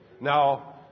Now